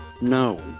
No